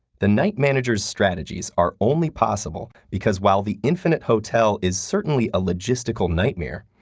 the night manager's strategies are only possible because while the infinite hotel is certainly a logistical nightmare,